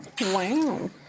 Wow